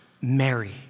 Mary